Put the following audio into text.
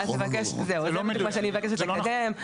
זה נכון או לא?